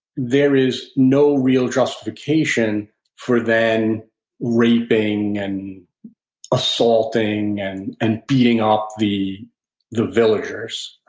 there is no real justification for then raping and assaulting and and beating up the the villagers.